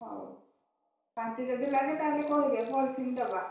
ହଉ ବାନ୍ତି ଯଦି ଲାଗେ ତାହାଲେ କହିବେ ପଲିଥିନ୍ ଦେବା